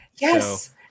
Yes